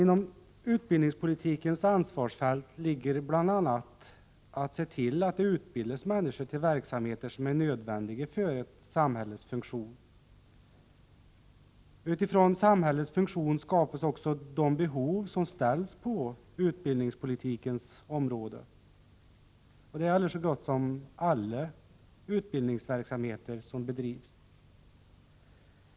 Inom utbildningspolitikens ansvarsfält ingår bl.a. att man skall se till att det utbildas människor till verksamheter som är nödvändiga för samhällets funktion. Utifrån samhällets funktion skapas också de behov som leder till kraven på utbildningspolitikens område. Detta gäller så gott som alla utbildningsverksamheter som bedrivs.